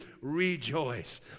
rejoice